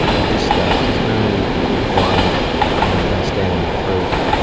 at this stage there's no requirement of a standard of proof,